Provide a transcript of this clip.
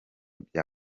bya